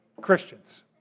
Christians